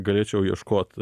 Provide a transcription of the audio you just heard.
galėčiau ieškot